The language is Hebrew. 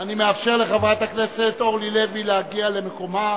אני מאפשר לחברת הכנסת אורלי לוי להגיע למקומה,